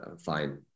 fine